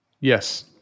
Yes